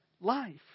life